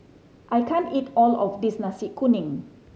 I can't eat all of this Nasi Kuning